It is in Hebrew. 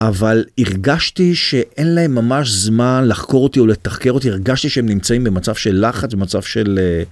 אבל הרגשתי שאין להם ממש זמן לחקור אותי או לתחקר אותי, הרגשתי שהם נמצאים במצב של לחץ, במצב של...